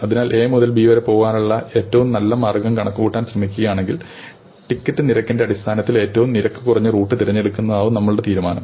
അതിനാൽ A മുതൽ B വരെ പോകാനുള്ള ഏറ്റവും നല്ല മാർഗം കണക്കുകൂട്ടാൻ ശ്രമിക്കുകയാണെങ്കിൽ ടിക്കറ്റ് നിരക്കിന്റെ അടിസ്ഥാനത്തിൽ ഏറ്റവും നിരക്ക് കുറഞ്ഞ റൂട്ട് തിരഞ്ഞെടുക്കുന്നതാവും നമ്മുടെ തീരുമാനം